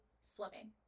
swimming